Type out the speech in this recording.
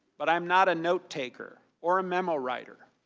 but i am not a notetaker or a memo writer.